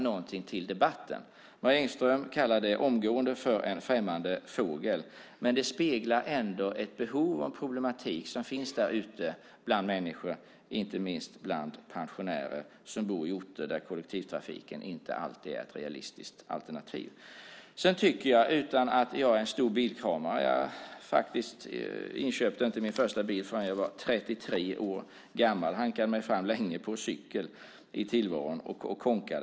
Marie Engström kallar det omgående för en främmande fågel, men det speglar ändå ett behov och en problematik som finns där ute bland människor, inte minst bland pensionärer som bor i orter där kollektivtrafiken inte alltid är ett realistiskt alternativ. Jag är inte en stor bilkramare. Jag köpte faktiskt inte min första bil förrän jag var 33 år gammal. Jag hankade mig länge fram på cykel i tillvaron, och jag kånkade.